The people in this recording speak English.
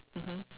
mmhmm